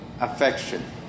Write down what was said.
Affection